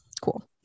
cool